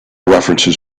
references